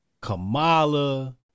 Kamala